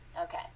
Okay